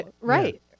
right